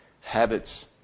habits